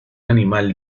animal